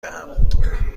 دهم